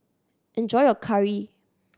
enjoy your curry